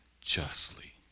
justly